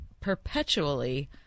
perpetually